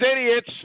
idiots